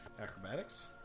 Acrobatics